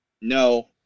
no